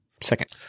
second